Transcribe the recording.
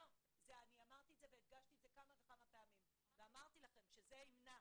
אני אמרתי את זה והדגשתי את זה כמה פעמים ואמרתי לכם שזה ימנע,